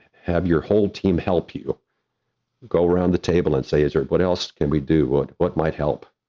have your whole team help, you go around the table and say, sir, what else can we do? what, what might help?